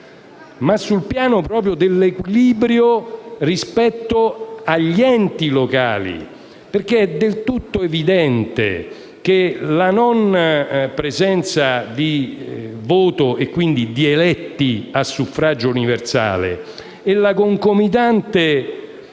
ma sul piano proprio dell'equilibrio rispetto agli enti locali. È del tutto evidente, infatti, che la non presenza di voto direttivo e quindi di eletti a suffragio universale e la concomitante